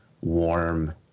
warm